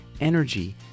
energy